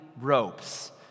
ropes